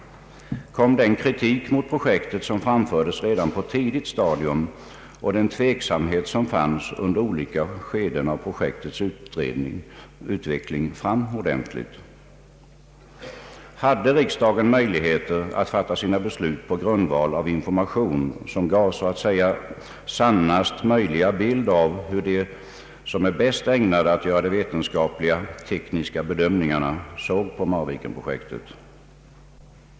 Kom den kritik mot projektet som framfördes redan på ett tidigt stadium och den tveksamhet som fanns under olika skeden av projektets utveckling fram ordentligt? Hade riksdagen möjligheter att fatta sina beslut på grundval av information som gav så att säga sannast möjliga bild av hur de som är bäst ägnade att göra de vetenskapligt-tekniska bedömningarna såg på Marvikenprojektet?